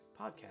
podcast